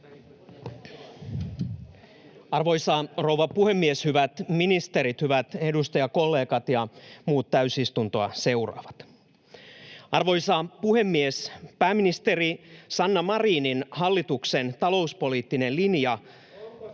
Arvoisa rouva puhemies! Hyvät ministerit, hyvät edustajakollegat ja muut täysistuntoa seuraavat! Pääministeri Sanna Marinin hallituksen talouspoliittinen linja